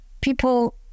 people